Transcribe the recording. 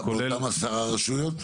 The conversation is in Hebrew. באותם עשר רשויות?